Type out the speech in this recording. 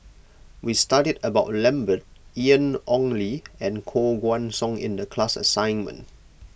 we studied about Lambert Ian Ong Li and Koh Guan Song in the class assignment